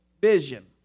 Vision